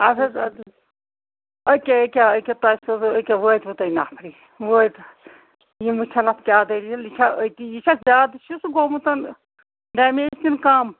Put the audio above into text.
اَدٕ حظ اَدٕ حظ أکیٛاہ أکیٛاہ تۄہہِ سوزَو أکیٛاہ وٲتِوٕ تۄہہِ نفری وٲتۍ یِم وُچھَن اَتھ کیٛاہ دٔلیٖل یہِ چھا أتی یہِ چھا زیادٕ چھُس سُہ گومُت ڈمیج کِنہٕ کَم